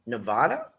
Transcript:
Nevada